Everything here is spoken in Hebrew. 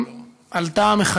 יש לי עמדה מהצד.